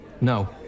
no